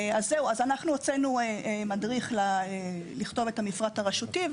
אנחנו הוצאנו מדריך לכתוב את המפרט הרשותי,